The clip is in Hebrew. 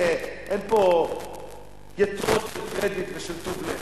אין פה יתרות של קרדיט וטוב לב.